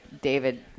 David